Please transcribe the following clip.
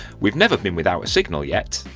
we've never been without a signal yet.